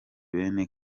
bene